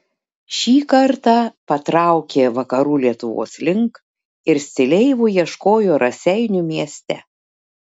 šį kartą patraukė vakarų lietuvos link ir stileivų ieškojo raseinių mieste